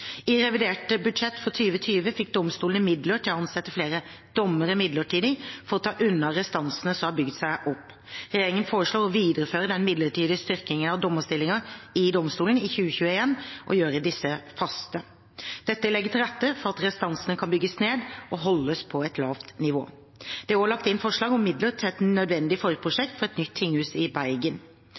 I revidert budsjett for 2020 fikk domstolene midler til å ansette flere dommere midlertidig for å ta unna restansene som har bygd seg opp. Regjeringen foreslår å videreføre den midlertidige styrkingen av dommerstillinger i domstolene i 2021 og gjøre disse faste. Dette legger til rette for at restansene kan bygges ned og holdes på et lavt nivå. Det er også lagt inn forslag om midler til et nødvendig forprosjekt for et nytt tinghus i Bergen.